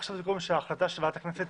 החלטת ועדת הכנסת